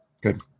Good